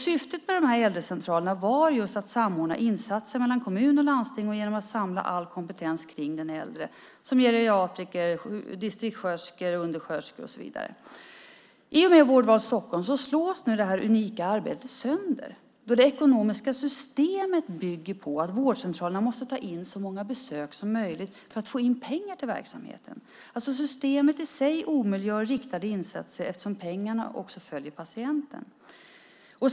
Syftet med äldrecentralerna var just att samordna insatserna mellan kommun och landsting och att samla all kompetens kring den äldre, till exempel geriatriker, distriktssköterskor och undersköterskor. I och med Vårdval Stockholm slås nu det här unika arbetet sönder, eftersom det ekonomiska systemet bygger på att vårdcentralerna måste ta in så många besök som möjligt för att få in pengar till verksamheten. Systemet i sig omöjliggör alltså riktade insatser eftersom pengarna också följer patienten.